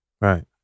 right